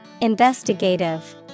Investigative